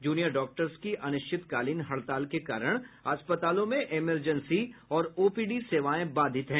junior डॉक्टरों की अनिश्चितकालीन हड़ताल के कारण अस्पतालों में इमरजेंसी और ओपीडी सेवाएं बाधित हैं